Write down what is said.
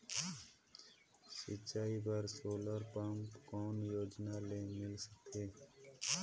सिंचाई बर solar pump कौन योजना ले मिल सकथे?